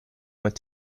went